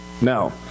Now